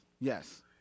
yes